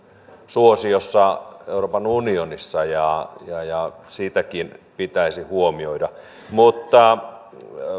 suosiossa myös euroopan unionissa ja ja sekin pitäisi huomioida mutta